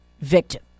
victim